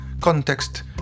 context